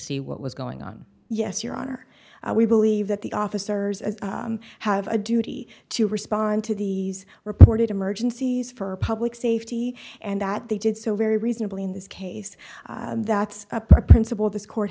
see what was going on yes your honor we believe that the officers as have a duty to respond to these reported emergencies for public safety and that they did so very reasonably in this case that's a principle this court